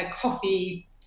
coffee